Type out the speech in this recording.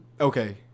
Okay